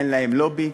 אין להם לובי,